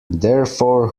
therefore